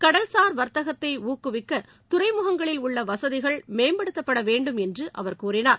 கடல்சார் வர்த்தகத்தை ஊக்குவிக்க துறைமுகங்களில் உள்ள வசதிகள் மேம்படுத்தப்பட வேண்டும் என்று அவர் கூறினார்